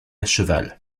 cheval